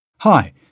Hi